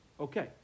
Okay